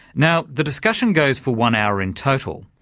now the discussion goes for one hour in total,